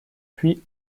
puis